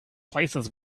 places